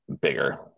bigger